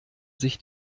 sich